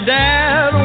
dad